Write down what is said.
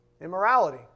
Immorality